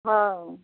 हँ